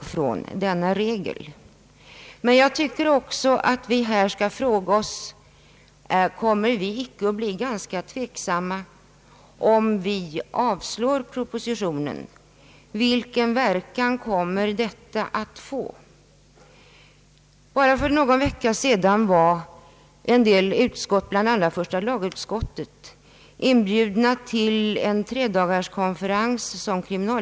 Men jag tycker också att vi här bör fråga oss: Kommer vi icke att bli ganska tveksamma om vi avslår propositionen? Vilken verkan skulle det komma att få? Bara för någon vecka sedan var en del utskott, bl.a. första lagutskottet, av kriminalvårdsstyrelsen inbjudna till en tredagarskonferens.